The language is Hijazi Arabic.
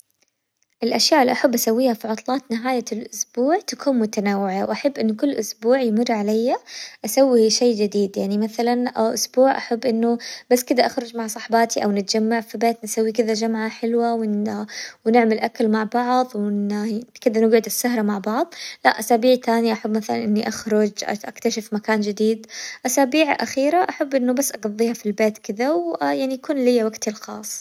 الأشياء اللي أحب أسويها في عطلات نهاية الأسبوع تكون متنوعة، وأحب إنه كل أسبوع يمر عليا أسوي شي جديد يعني مثلاً أسبوع أحب إنه بس كدا أخرج مع صحباتي أو نتجمع في بيت نسوي كذا جمعة حلوة، ون- ونعمل أكل مع بعظ ون- كذا نقعد السهرة مع بعظ، لأسابيع تانية أحب مثلاً إني أخرج أكتشف مكان جديد، أسابيع أخيرة أحب إنه بس أقظيها في البيت كذا ويعني يكون ليا وقتي الخاص.